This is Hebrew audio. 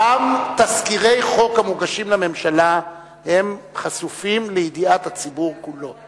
גם תזכירי חוק המוגשים לממשלה חשופים לידיעת הציבור כולו.